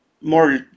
more